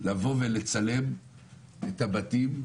לבוא ולצלם את הבתים,